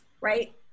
right